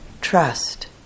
trust